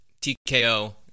TKO